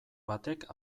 batek